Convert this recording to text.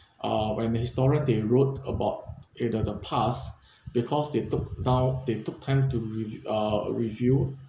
uh when the historian they wrote about in the the past because they took down they took time to re~ uh review